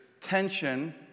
tension